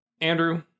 Andrew